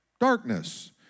darkness